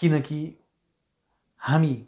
किनकि हामी